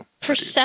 perception